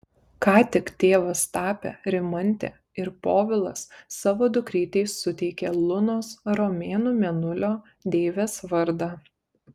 ką tik tėvas tapę rimantė ir povilas savo dukrytei suteikė lunos romėnų mėnulio deivės vardą